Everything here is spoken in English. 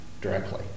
directly